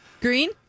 Green